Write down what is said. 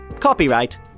Copyright